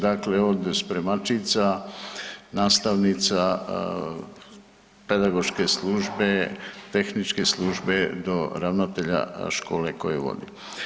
Dakle, od spremačica, nastavnica, pedagoške službe, tehničke službe do ravnatelja škole koju vodi.